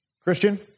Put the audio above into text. Christian